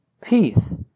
peace